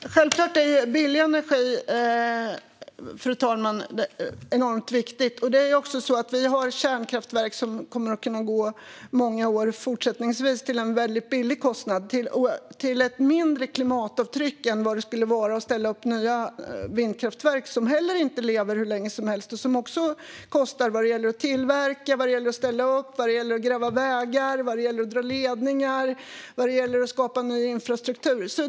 Fru talman! Självklart är billig energi enormt viktig. Det är också så att vi har kärnkraftverk som kommer att kunna fortsätta att gå i många år till en väldigt låg kostnad och med ett mindre klimatavtryck än vad det skulle vara om man skulle ställa upp nya vindkraftverk. Vindkraftverk lever inte heller hur länge som helst, och de kostar också att tillverka och att ställa upp. Det kostar även att gräva vägar, att dra ledningar och att skapa ny infrastruktur för vindkraftverk.